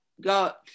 got